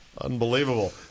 unbelievable